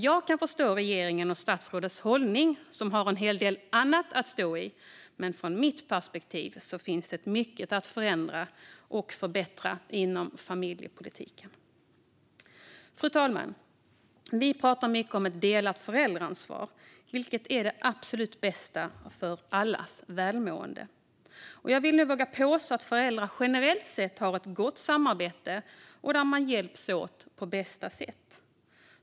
Jag kan förstå regeringens och statsrådets hållning - de har ju en hel del annat att stå i - men från mitt perspektiv finns det mycket att förändra och förbättra inom familjepolitiken. Fru talman! Vi pratar mycket om ett delat föräldraansvar, vilket är det absolut bästa för allas välmående. Jag vill nog våga påstå att föräldrar generellt sett har ett gott samarbete där man hjälps åt på bästa sätt.